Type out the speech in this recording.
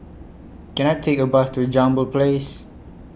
Can I Take A Bus to Jambol Place